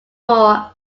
more